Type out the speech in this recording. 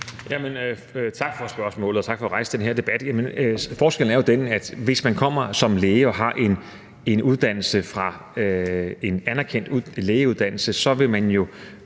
Tak for spørgsmålet, og tak for at rejse den her debat. Jamen forskellen er jo den, at hvis man kommer som læge og har en anerkendt lægeuddannelse, så vil man